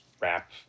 Rap